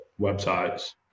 websites